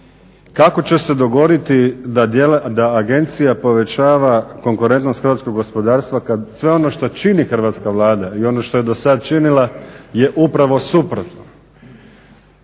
Kako će se dogoditi da agencija povećava konkurentnost hrvatskog gospodarstva kad sve ono što čini Hrvatska vlada i ono što je dosad činila je upravo suprotno?